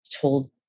told